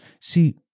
See